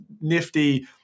nifty